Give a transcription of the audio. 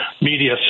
media